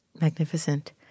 Magnificent